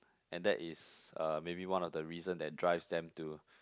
and that is uh maybe one of the reason that drives them to